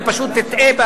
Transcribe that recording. אני פשוט אטעה.